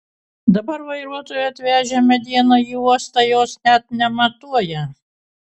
dabar vairuotojai atvežę medieną į uostą jos net nematuoja